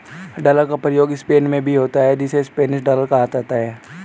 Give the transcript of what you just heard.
dollar का प्रयोग Spain में भी होता है जिसे स्पेनिश डॉलर कहा जाता है